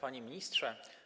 Panie Ministrze!